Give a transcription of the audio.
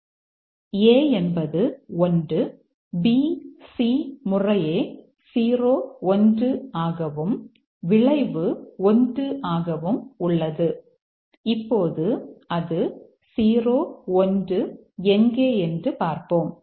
எனவே A என்பது 1 B C முறையே 0 1 ஆகவும் விளைவு 1 ஆகவும் உள்ளது இப்போது அது 0 1 எங்கே என்று பார்ப்போம்